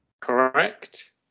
Correct